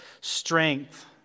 strength